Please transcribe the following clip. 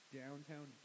downtown